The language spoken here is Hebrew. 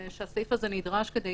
שהסעיף הזה נדרש כדי